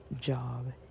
job